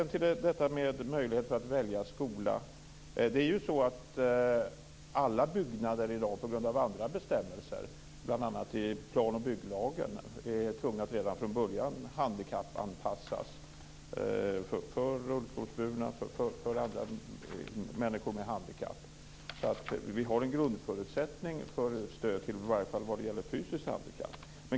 När det gäller möjligheterna att välja skola är det så att alla byggnader i dag på grund av olika bestämmelser, bl.a. i plan och bygglagen, redan från början måste handikappanpassas för rullstolsburna och för andra människor med handikapp. Vi har således en grundförutsättning för stöd i varje fall vad gäller fysiska handikapp.